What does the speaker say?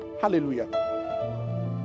hallelujah